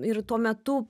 ir tuo metu